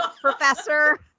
professor